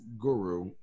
guru